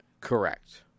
Correct